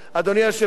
אדוני היושב-ראש,